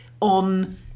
on